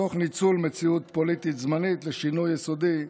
תוך ניצול מציאות פוליטית זמנית לשינוי יסודי,